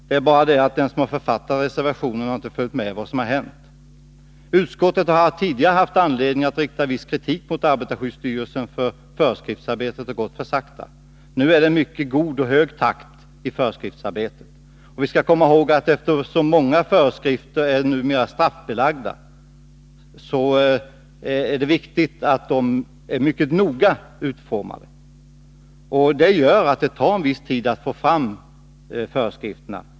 Det är bara det att de som har författat reservationen inte följt med vad som hänt. Utskottet har tidigare haft anledning att rikta viss kritik mot arbetarskyddsstyrelsen för att föreskriftsarbetet har gått för sakta. Nu är det en mycket god och hög takt i föreskriftsarbetet. Eftersom så många föreskrifter numera gäller handlingar som är straffbelagda, är det viktigt att föreskrifterna utformas mycket noga. Det gör att det tar en viss tid att få fram föreskrifterna.